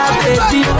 baby